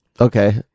Okay